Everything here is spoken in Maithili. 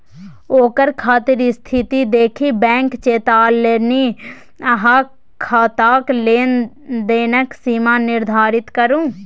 ओकर खाताक स्थिती देखि बैंक चेतोलनि अहाँ खाताक लेन देनक सीमा निर्धारित करू